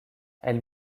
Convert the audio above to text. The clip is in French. elle